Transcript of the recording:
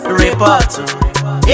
report